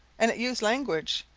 and it used language.